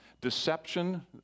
deception